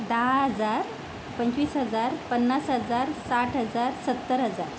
दहा हजार पंचवीस हजार पन्नास हजार साठ हजार सत्तर हजार